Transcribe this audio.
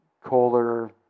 Colder